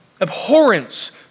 abhorrence